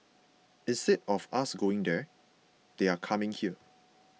instead of us going there they are coming here